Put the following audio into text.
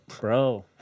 Bro